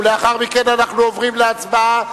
ולאחר מכן אנחנו עוברים להצבעה.